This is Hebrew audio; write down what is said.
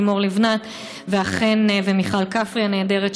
לימור לבנת ומיכל כפרי הנהדרת,